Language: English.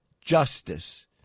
Justice